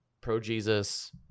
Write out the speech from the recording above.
pro-Jesus